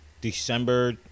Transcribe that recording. December